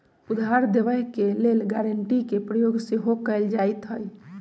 उधार देबऐ के लेल गराँटी के प्रयोग सेहो कएल जाइत हइ